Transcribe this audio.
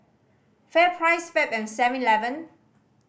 FairPrice Fab and Seven Eleven